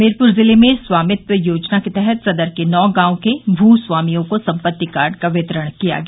हमीरपुर जिले में स्वामित्व योजना के तहत सदर के नौ गांवों के भूस्वामियों को संपत्ति कार्ड का वितरण किया गया